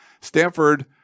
Stanford